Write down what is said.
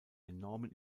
enormen